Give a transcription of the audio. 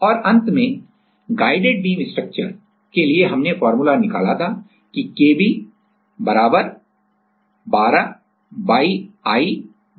और और अंत में guided beam structure guided beam structure के लिए हमने फार्मूला निकाला था कि Kb 12YIL3